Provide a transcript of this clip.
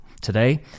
today